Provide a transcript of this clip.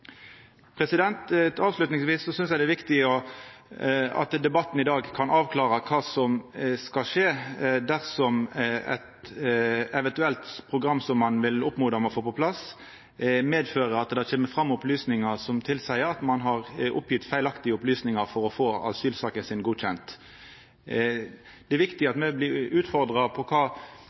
synest det er viktig at debatten i dag kan avklara kva som skal skje dersom eit eventuelt program som ein vil oppmoda om å få på plass, medfører at det kjem fram opplysningar som tilseier at ein har gjeve feilaktige opplysningar for å få asylsaka si godkjent. Det er viktig at me blir utfordra på kva